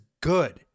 good